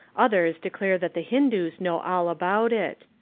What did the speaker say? others declare that the hindoos know all about it.